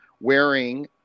wearing